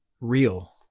real